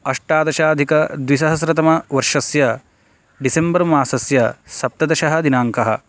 अष्टादशाधिकद्विसहस्रतमवर्षस्य December मासस्य सप्तदशदिनाङ्कः